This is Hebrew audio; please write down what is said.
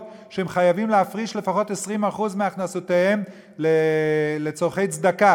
שהן חייבות להפריש לפחות 20% מהכנסותיהן לצורכי צדקה.